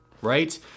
right